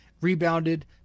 Rebounded